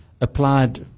applied